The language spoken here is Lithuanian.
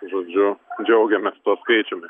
žodžiu džiaugiamės tuo skaičiumi